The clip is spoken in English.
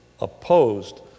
opposed